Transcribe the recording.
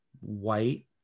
white